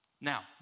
Now